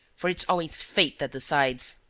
for it's always fate that decides.